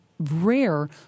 rare